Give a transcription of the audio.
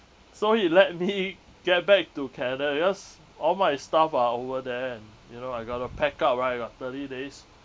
so he let me get back to canada because all my stuff are over there and you know I got to pack up right I got thirty days